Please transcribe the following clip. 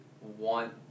want